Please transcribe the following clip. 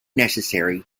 necessary